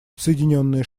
соединенные